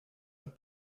and